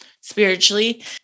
spiritually